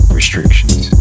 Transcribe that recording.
Restrictions